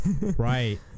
Right